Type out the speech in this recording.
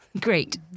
Great